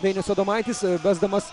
dainius adomaitis besdamas